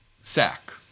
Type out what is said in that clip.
sack